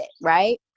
Right